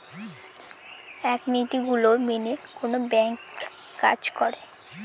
এক নীতি গুলো মেনে কোনো ব্যাঙ্ক কাজ করে